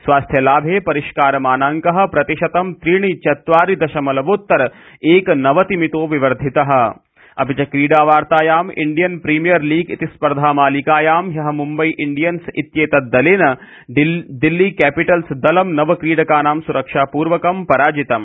स्वास्थ्यलाभे परिष्कारमानाङ्कः प्रतिशतं त्रीणि चत्वारि दशमलवोत्तर एकनवतिमितो विवर्धितः इण्डियन् प्रीमियर् लीग इति स्पर्धामालिकायां ह्यः मुम्बई इण्डियन्स् इत्येतत् दलेन दिल्ली कैपिटल्स दलं नव क्रीडकानां सुरक्षापूर्वकं पराजितम्